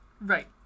right